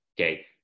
okay